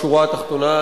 בשורה התחתונה,